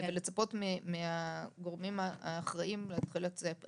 ולצפות מהגורמים האחראים להתחיל להציע פתרונות.